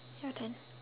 your turn